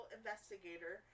Investigator